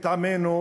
את עמנו,